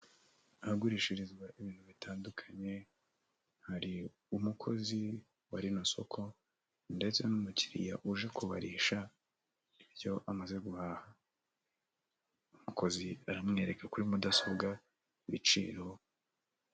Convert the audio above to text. Ahagurishirizwa ibintu bitandukanye, hari umukozi wa rino soko ndetse n'umukiriya uje kubarisha ibyo amaze guhaha, umukozi aramwereka kuri mudasobwa ibiciro.